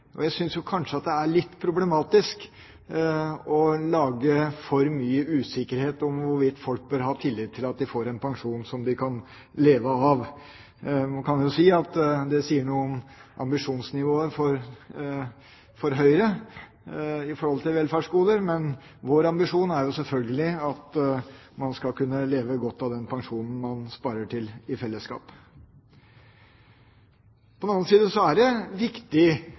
til. Jeg synes kanskje det er litt problematisk å lage for mye usikkerhet om hvorvidt folk bør ha tillit til at de får en pensjon som de kan leve av. Man kan jo si at det sier noe om Høyres ambisjonsnivå angående velferdsgoder. Men vår ambisjon er jo selvfølgelig at man skal kunne leve godt av den pensjonen man sparer til i fellesskap. På en annen side er det viktig